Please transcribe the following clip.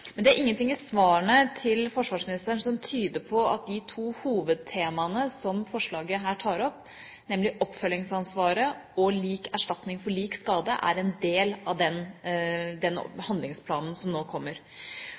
Det er ingenting i svarene til forsvarsministeren som tyder på at de to hovedtemaene som forslaget her tar opp, nemlig oppfølgingsansvaret og lik erstatning for lik skade, er en del av den handlingsplanen som nå kommer.